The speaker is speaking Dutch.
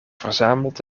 verzamelt